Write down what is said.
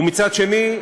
ומצד שני,